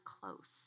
close